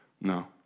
No